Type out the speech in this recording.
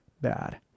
bad